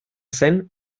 zen